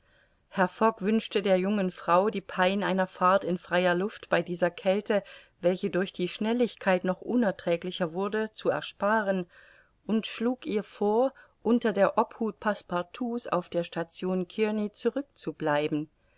fogg wünschte der jungen frau die pein einer fahrt in freier luft bei dieser kälte welche durch die schnelligkeit noch unerträglicher wurde zu ersparen und schlug ihr vor unter der obhut passepartout's auf der station kearney zurück